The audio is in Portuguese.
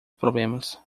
problemas